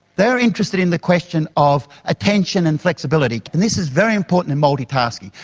they are interested in the question of attention and flexibility, and this is very important in multitasking.